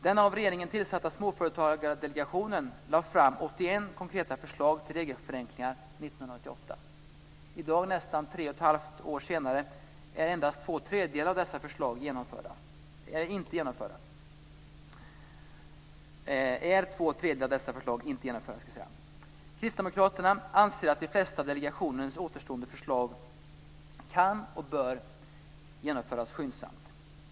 Den av regeringen tillsatta Småföretagsdelegationen lade fram 81 konkreta förslag till regelförenklingar 1998. I dag, nästan tre och ett halvt år senare, är två tredjedelar av dessa förslag inte genomförda. Kristdemokraterna anser att de flesta av delegationens återstående förslag kan och bör genomföras skyndsamt.